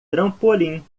trampolim